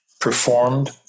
performed